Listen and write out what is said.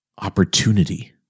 opportunity